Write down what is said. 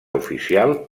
oficial